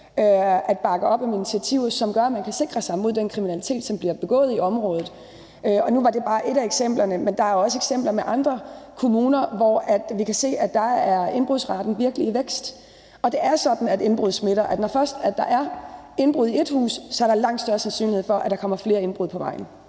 at bakke op om initiativer, som gør, at man kan sikre sig mod den kriminalitet, som bliver begået i området. Nu var det bare ét eksempel, men der er også eksempler på andre kommuner, hvor vi kan se, at indbrudsraten virkelig er i vækst. Og nu er det sådan, at indbrud smitter. Når først der bliver begået indbrud i ét hus, er der langt større sandsynlighed for, at der vil blive begået flere indbrud på vejen.